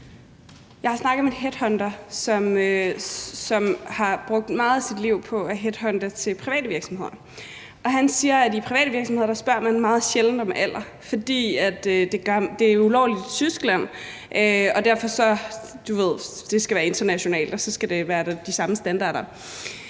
Jeg har snakket med en headhunter, som har brugt meget af sit liv på at headhunte til private virksomheder, og han siger, at i private virksomheder spørger man meget sjældent om alder. Det er ulovligt at gøre det i Tyskland, og fordi det skal være internationalt, skal der være de samme standarder.